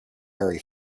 very